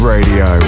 Radio